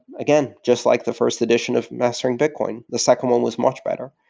again, just like the first edition of mastering bitcoin. the second one was much better.